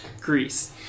Greece